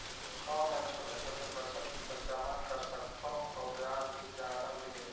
कौन मै छोटे छोटे बचत कर जमा कर सकथव अउ ब्याज भी जादा मिले?